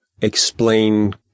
explain